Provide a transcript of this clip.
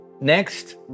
Next